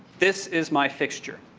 this is my fixture.